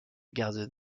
gardes